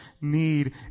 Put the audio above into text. need